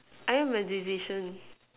I am a decision